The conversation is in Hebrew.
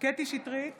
קטי קטרין